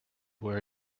where